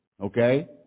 okay